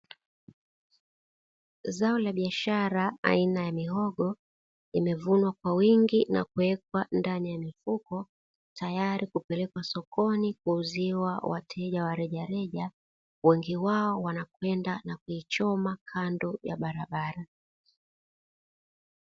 Zao la biashara aina ya mihogo, imevunwa kwa wingi na kuwekwa ndani ya mifuko, tayari kupelekwa sokoni kuuziwa wateja wa rejareja, wengi wao wanakwenda na kuichoma kando ya barabara.